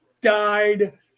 died